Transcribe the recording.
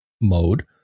mode